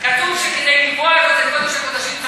איפה זה קודש הקודשים?